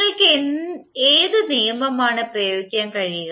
നിങ്ങൾക്ക് ഏത് നിയമമാണ് പ്രയോഗിക്കാൻ കഴിയുക